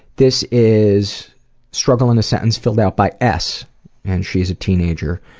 this is struggle in a sentence filled out by s and she's a teenager.